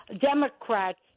Democrats